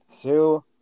two